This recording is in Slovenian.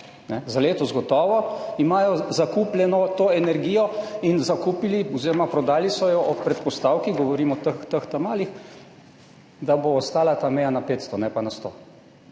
za letos gotovo imajo zakupljeno to energijo in zakupili oziroma prodali so jo ob predpostavki, govorim o teh malih, da bo ostala ta meja na 500, ne pa na 100.